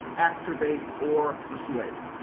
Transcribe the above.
activate or persuade.